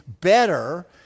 better